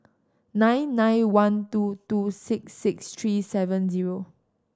nine nine one two two six six three seven zero